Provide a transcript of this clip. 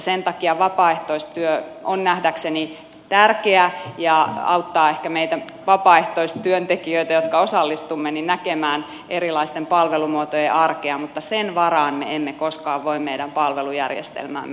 sen takia vapaaehtoistyö on nähdäkseni tärkeä ja auttaa ehkä meitä vapaaehtoistyöntekijöitä jotka osallistumme näkemään erilaisten palvelumuotojen arkea mutta sen varaan me emme koskaan voi mennä palvelujärjestelmän